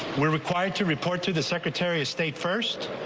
we're required to report to the secretary of state first.